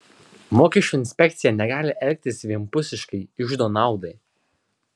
mokesčių inspekcija negali elgtis vienpusiškai iždo naudai